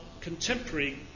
contemporary